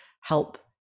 help